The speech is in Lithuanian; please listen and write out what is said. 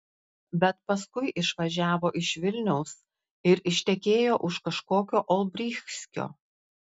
bet paskui išvažiavo iš vilniaus ir ištekėjo už kažkokio olbrychskio